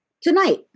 Tonight